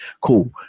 Cool